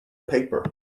paper